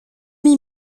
m’y